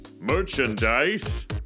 Merchandise